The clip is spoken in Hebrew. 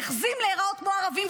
נחזים להיראות כמו ערבים,